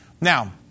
Now